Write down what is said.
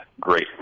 great